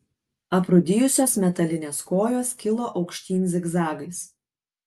aprūdijusios metalinės kojos kilo aukštyn zigzagais